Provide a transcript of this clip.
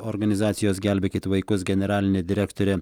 organizacijos gelbėkit vaikus generalinė direktorė